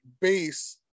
base